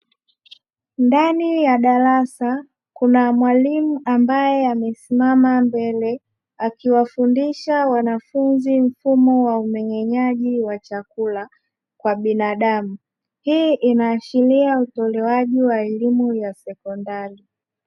Ndani ya darasa kuna mwalimu ambaye amesimama mbele, akiwafundisha wanafunzi mfumo wa umeng'enyaji wa chakula kwa binaadamu, hii inaashiria utolewaji wa elimu ya sekondari.